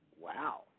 wow